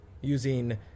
using